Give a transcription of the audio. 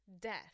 death